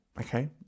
Okay